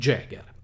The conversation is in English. Jagger